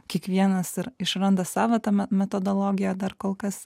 kiekvienas ar išranda savą tą metodologiją dar kol kas